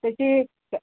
त्याची क